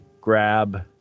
grab